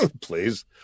please